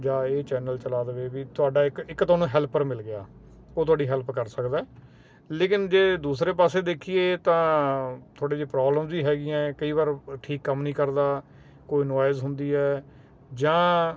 ਜਾ ਇਹ ਚੈਨਲ ਚਲਾ ਦਵੇ ਵੀ ਤੁਹਾਡਾ ਇੱਕ ਇੱਕ ਤੁਹਾਨੂੰ ਹੈਲਪਰ ਮਿਲ ਗਿਆ ਉਹ ਤੁਹਾਡੀ ਹੈਲਪ ਕਰ ਸਕਦਾ ਲੇਕਿਨ ਜੇ ਦੂਸਰੇ ਪਾਸੇ ਦੇਖੀਏ ਤਾਂ ਥੋੜੇ ਜਿਹੇ ਪ੍ਰੋਬਲਮ ਜੀ ਹੈਗੀਆਂ ਕਈ ਵਾਰ ਠੀਕ ਕੰਮ ਨਹੀਂ ਕਰਦਾ ਕੋਈ ਨੋਇਸ ਹੁੰਦੀ ਹੈ ਜਾਂ